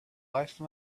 life